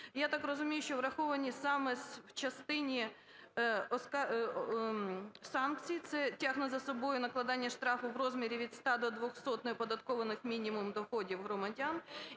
я так розумію, що враховані саме в частині санкцій. Це тягне за собою накладання штрафу в розмірі від 100 до 200 неоподаткованих мінімумів доходів громадян.